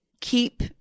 keep